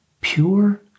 Pure